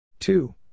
Two